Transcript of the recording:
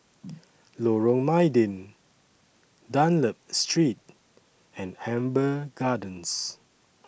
Lorong Mydin Dunlop Street and Amber Gardens